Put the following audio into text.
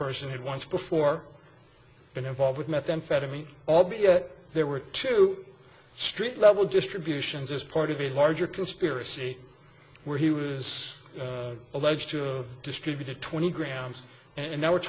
person had once before been involved with methamphetamine albeit there were two street level distributions as part of a larger conspiracy where he was alleged to distributed twenty grams and now we're